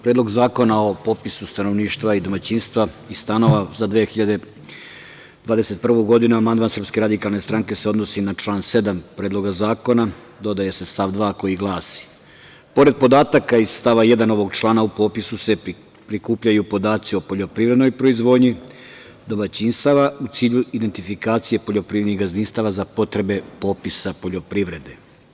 Predlog Zakona o popisu stanovništva i domaćinstva i stanova za 2021. godinu, amandman SRS se odnosi na član 7. Predloga zakona, dodaje se stav 2. koji glasi – pored podataka iz stava 1. ovog člana u popisu se prikupljaju podaci o poljoprivrednoj proizvodnji, domaćinstava u cilju indentifikacije poljoprivrednih gazdinstava za potreba popisa poljoprivrede.